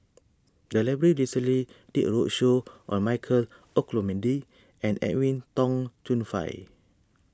the library recently did a roadshow on Michael Olcomendy and Edwin Tong Chun Fai